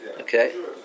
Okay